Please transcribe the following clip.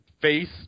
face